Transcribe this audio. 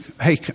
hey